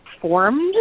formed